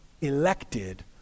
elected